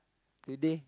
today